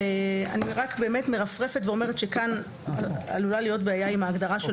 אני רק מרפרפת ואומרת שכאן עלולה להיות בעיה עם ההגדרה של